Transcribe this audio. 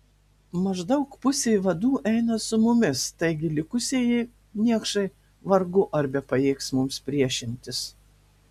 maždaug pusė vadų eina su mumis taigi likusieji niekšai vargu ar bepajėgs mums priešintis